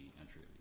entry